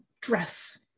dress